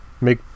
make